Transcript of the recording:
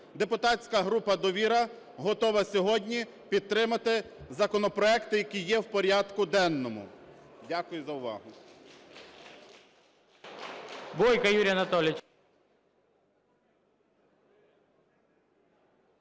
Депутатська група "Довіра" готова сьогодні підтримати законопроекти, які є в порядку денному. Дякую за увагу.